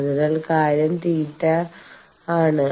അതിനാൽ കാര്യം തീറ്റ θ ആണ്